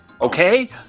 Okay